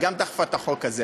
היא גם דחפה את החוק הזה,